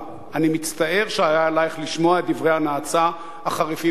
מצטער שהיה עלייך לשמוע את דברי הנאצה החריפים על בנך.